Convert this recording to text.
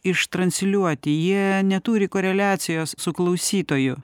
ištransliuoti jie neturi koreliacijos su klausytoju